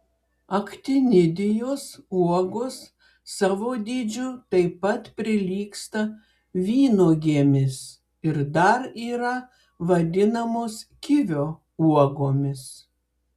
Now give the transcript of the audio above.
aktinidijos uogos savo dydžiu taip pat prilygsta vynuogėmis ir dar yra vadinamos kivio uogomis